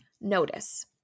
notice